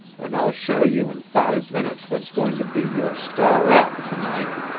and i'll show you in five minutes what's going to be your star act to-night.